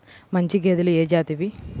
మంచి గేదెలు ఏ జాతివి?